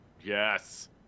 Yes